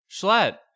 Schlatt